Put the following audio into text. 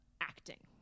acting